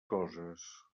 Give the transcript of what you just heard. coses